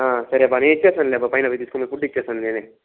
సరే బా నేను ఇచ్చేస్తానులే బా పైన పోయి తీసుకొని పోయి ఫుడ్ ఇచ్చేస్తాను నేనే